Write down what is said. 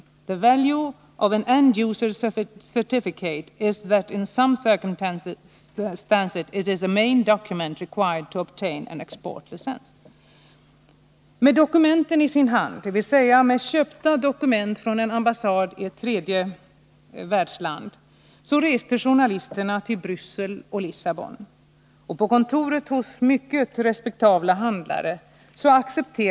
The value of an end-user certificate is that in some circumstances it is Dokument kan köpas i London. —- Dokumenten, s.k. slutanvändarintyg, kan köpas i utbyte mot kontanter eller andra förmåner vid några av tredje världens ambassader i London. -—-—- De flesta vapenuppgörelser är resultatet av förhandlingar på hög nivå regeringar emellan, ofta ministeriella. Det är i fråga om de mindre transaktionerna som tillfällen finns att dra nytta av systemet.